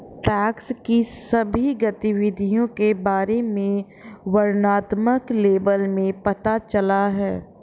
tax की सभी गतिविधियों के बारे में वर्णनात्मक लेबल में पता चला है